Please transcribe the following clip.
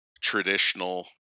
traditional